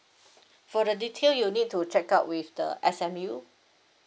for the detail you need to check out with the S_M_U